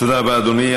תודה רבה, אדוני.